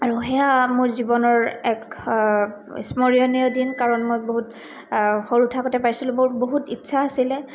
আৰু সেয়া মোৰ জীৱনৰ এক স্মৰণীয় দিন কাৰণ মই বহুত সৰু থাকোতে পাইছিলোঁ মোৰ বহুত ইচ্ছা আছিলে